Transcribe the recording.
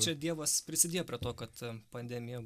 čia dievas prisidėjo prie to kad pandemija